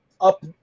up